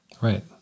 Right